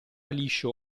liscio